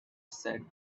said